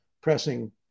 pressing